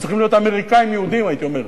הם צריכים להיות אמריקנים-יהודים, הייתי אומר.